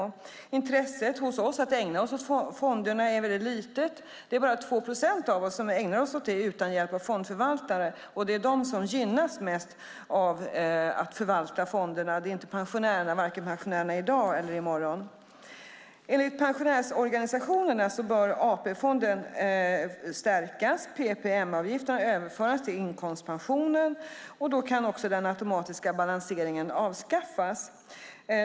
Intresset hos oss att ägna oss åt fonderna är väldigt litet; bara 2 procent av oss ägnar oss åt dem utan hjälp av fondförvaltare, och det är de som gynnas mest av att förvalta fonderna. Det är inte pensionärerna, vare sig i dag eller i morgon. Enligt pensionärsorganisationerna bör AP-fonden stärkas och PPM-avgifterna överföras till inkomstpensioner. Då kan också den automatiska balanseringen avskaffas.